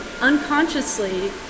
unconsciously